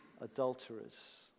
adulterers